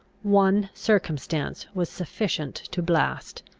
one circumstance was sufficient to blast.